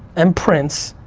and prince,